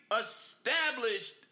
established